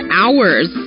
hours